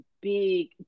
big